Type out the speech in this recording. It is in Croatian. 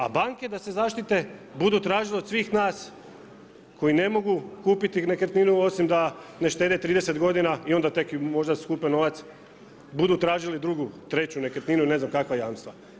A banke da se zaštite budu tražile od svih nas koji ne mogu kupiti nekretninu osim da ne štede 30 godina i onda tek možda skupe novac budu tražili 2., 3. nekretninu ili ne znam kakva jamstva.